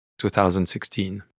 2016